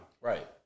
Right